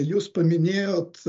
jūs paminėjot